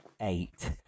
eight